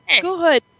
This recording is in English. good